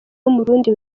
w’umurundi